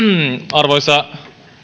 arvoisa